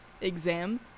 exam